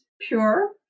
pure